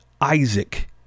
Isaac